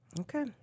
Okay